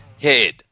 head